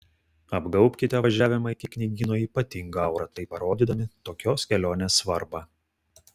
apgaubkite važiavimą iki knygyno ypatinga aura taip parodydami tokios kelionės svarbą